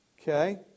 Okay